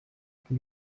que